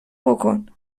بکن